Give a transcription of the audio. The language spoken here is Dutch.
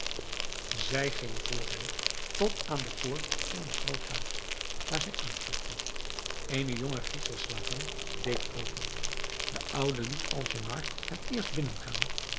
zij ging vr hem tot aan de poort van een groot huis waar zij aanklopte eene jonge grieksche slavin deed open de oude liet alnaschar het eerst binnengaan